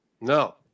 No